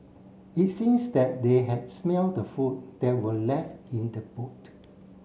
it seems that they had smell the food that were left in the boot